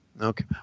okay